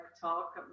talk